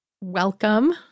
Welcome